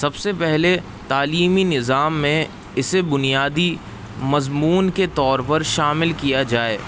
سب سے پہلے تعلیمی نظام میں اسے بنیادی مضمون کے طور پر شامل کیا جائے